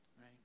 right